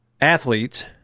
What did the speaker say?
athletes